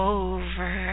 over